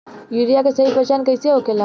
Urea के सही पहचान कईसे होखेला?